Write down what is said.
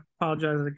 apologize